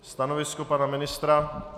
Stanovisko pana ministra?